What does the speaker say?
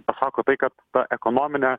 pasako tai kad ekonominę